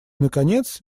наконец